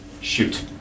shoot